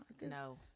No